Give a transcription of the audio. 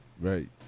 Right